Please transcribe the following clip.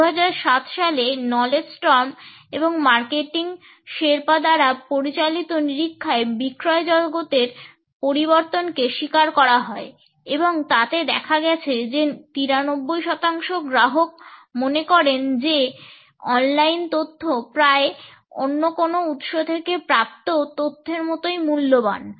2007 সালে Knowledge Storm এবং Marketing Sherpa দ্বারা পরিচালিত নিরীক্ষায় বিক্রয় জগতের পরিবর্তনকে স্বীকার করা হয় এবং তাতে দেখা গেছে যে 93 শতাংশ গ্রাহক মনে করেন যে অনলাইন তথ্য প্রায় অন্য কোন উৎস থেকে প্রাপ্ত তথ্যের মতোই মূল্যবান